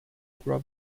grub